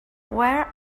where